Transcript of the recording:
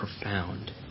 profound